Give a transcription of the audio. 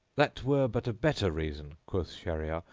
that were but a better reason, quoth shahryar,